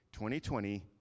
2020